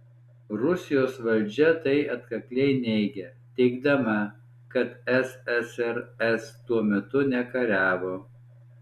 rusijos valdžia tai atkakliai neigia teigdama kad ssrs tuo metu nekariavo